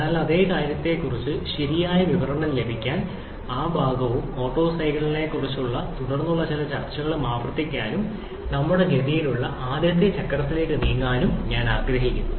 അതിനാൽ അതേ കാര്യത്തെക്കുറിച്ച് ശരിയായ വിവരണം ലഭിക്കാൻ ആ ഭാഗവും ഓട്ടോ സൈക്കിളിനെക്കുറിച്ചുള്ള തുടർന്നുള്ള ചില ചർച്ചകളും ആവർത്തിക്കാനും നമ്മളുടെ ഗതിയിലെ അടുത്ത ചക്രത്തിലേക്ക് നീങ്ങാനും ഞാൻ ആഗ്രഹിക്കുന്നു